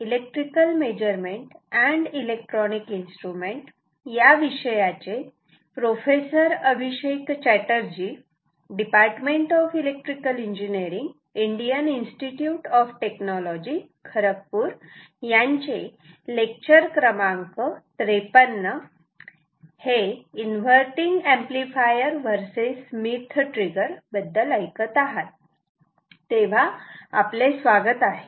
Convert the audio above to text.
inverting amplifier versus Schmitt trigger आपले स्वागत आहे